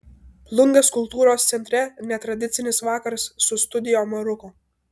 plungės kultūros centre netradicinis vakaras su studio maruko